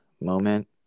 moment